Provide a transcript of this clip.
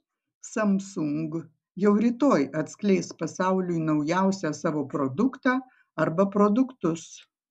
samsung jau rytoj atskleis pasauliui naujausią savo produktą arba produktus